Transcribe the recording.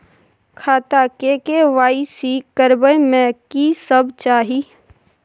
खाता के के.वाई.सी करबै में की सब चाही?